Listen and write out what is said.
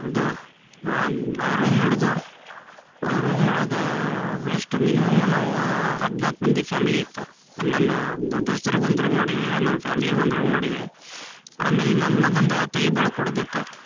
ಇದು ಒಂದು ರೂಮ್ ಹಿಡಿದು ರೂಮ್ ಒಳಗೆ ವೇಸ್ಟ್ ಮಿನಿಮಮ್ ನಾವು ಹದಿನಾಲ್ಕು ಮಂದಿ ಫ್ಯಾಮ್ಲಿ ಇತ್ತು ನನ್ನ ದೋಸ್ತ್ರಗೆ ಒಂದು ರೂಮ್ ಮಾಡಿದೆ ನನ್ನ ಫ್ಯಾಮಿಲಿಗೆ ಒಂದು ರೂಮ್ ಮಾಡಿದೆ ಆಮೇಲೆ ನನ್ನ ಮಗಂದು ತಲೆ ಬೋಳು ಕೊಡುದಿತ್ತು